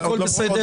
הכול בסדר.